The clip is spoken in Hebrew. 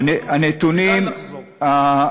את הנתונים האלה.